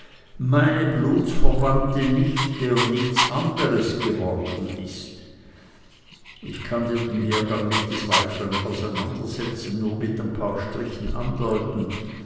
meine blutsverwandte nichte und nichts anderes geworden ist ich kann dir den hergang nicht des weitern auseinandersetzen nur mit ein paar strichen andeuten